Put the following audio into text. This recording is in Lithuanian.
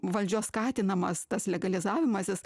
valdžios skatinamas tas legalizavimasis